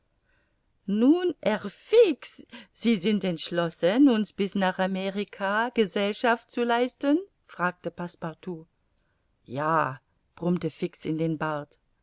nun herr fix sind sie entschlossen uns bis nach amerika gesellschaft zu leisten fragte passepartout ja brummte fix in den bart